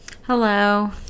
Hello